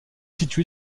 situé